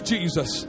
Jesus